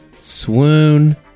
Swoon